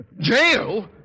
Jail